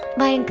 bye.